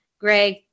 Greg